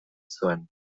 zuen